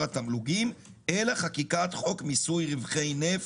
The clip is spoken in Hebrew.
התמלוגים אלא חקיקת חוק מיסוי רווחי נפט,